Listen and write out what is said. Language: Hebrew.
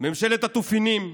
ממשלת התופינים,